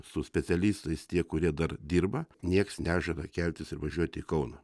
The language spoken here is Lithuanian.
su specialistais tie kurie dar dirba nieks nežada keltis ir važiuoti į kauną